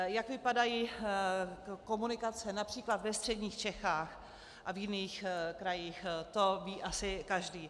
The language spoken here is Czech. Jak vypadají komunikace například ve středních Čechách a v jiných krajích, to ví asi každý.